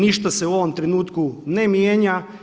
Ništa se u ovom trenutku ne mijenja.